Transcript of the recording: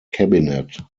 cabinet